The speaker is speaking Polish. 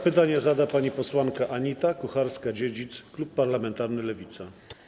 Pytanie zada pani pani posłanka Anita Kucharska-Dziedzic, klub parlamentarny Lewica.